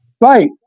Right